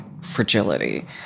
fragility